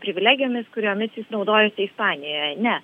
privilegijomis kuriomis jis naudojosi ispanijoje ne